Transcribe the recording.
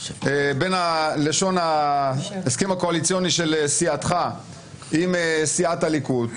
בין לשון ההסכם הקואליציוני של סיעתך עם סיעת הליכוד,